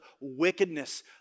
wickedness